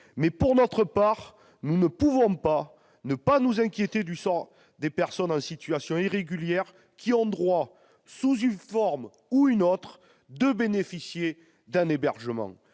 Pour notre part, nous ne pouvons pas ne pas nous inquiéter du sort des personnes en situation irrégulière qui ont le droit, sous une forme ou une autre, de bénéficier d'un hébergement.